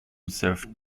serve